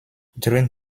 during